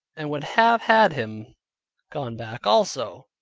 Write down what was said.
and would have had him gone back also,